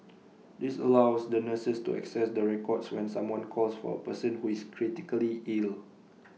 this allows the nurses to access the records when someone calls for A person who is critically ill